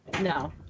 No